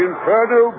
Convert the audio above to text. Inferno